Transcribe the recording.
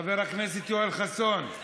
חבר הכנסת יואל חסון.